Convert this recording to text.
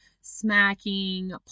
smacking